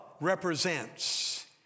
represents